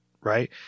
right